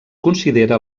considera